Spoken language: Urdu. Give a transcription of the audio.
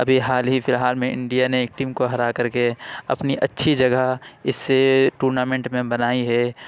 ابھی حال ہی فی الحال میں انڈیا نے ایک ٹیم کو ہرا کر کے اپنی اچھی جگہ اس ٹورنامنٹ میں بنائی ہے